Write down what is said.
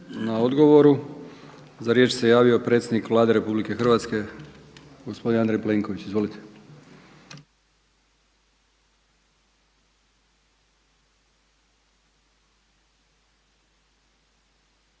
na odgovoru. Za riječ se javio predsjednik Vlade RH gospodin Andrej Plenković. Izvolite.